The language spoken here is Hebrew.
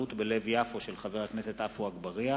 איסור הרג בעלי-חיים),